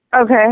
Okay